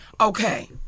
okay